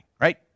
right